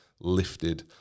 lifted